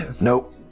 Nope